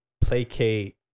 placate